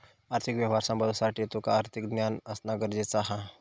आर्थिक व्यवहार सांभाळुसाठी तुका आर्थिक ज्ञान असणा गरजेचा हा